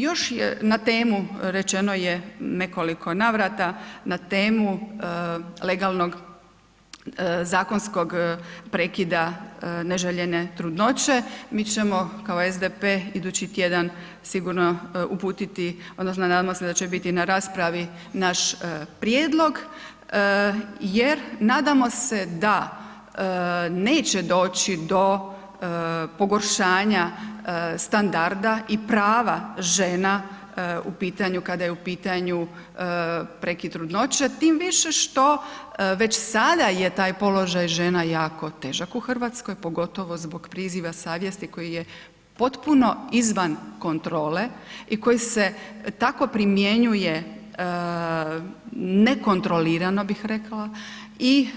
Još na temu rečeno je nekoliko navrata, na temu legalnog zakonskog prekida neželjene trudnoće, mi ćemo kao SDP idući tjedan sigurno uputiti odnosno nadam se da će biti na raspravi naš prijedlog jer nadamo se da neće doći do pogoršanja standarda i prava žena u pitanju, kada je u pitanju prekid trudnoće, tim više što već sada je taj položaj žena jako težak u RH, pogotovo zbog priziva savjesti koji je potpuno izvan kontrole i koji se tako primjenjuje nekontrolirano bih rekla i